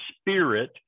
spirit